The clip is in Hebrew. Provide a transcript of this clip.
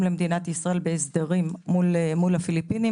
למדינת ישראל בהסדרים מול הפיליפינים.